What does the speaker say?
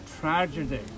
tragedy